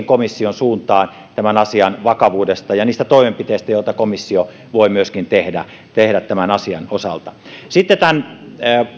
komission suuntaan tämän asian vakavuudesta ja niistä toimenpiteistä joita komissio voi myöskin tehdä tehdä tämän asian osalta sitten tämän